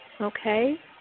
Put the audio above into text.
okay